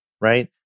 right